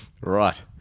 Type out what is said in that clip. Right